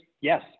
yes